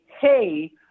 hey